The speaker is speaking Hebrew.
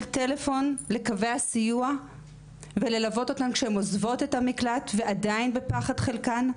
טלפון לקווי הסיוע וללוות אותם כשעוזבות את המקלט ועדיין בפחד חלקן.